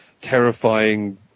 terrifying